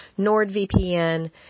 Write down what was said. NordVPN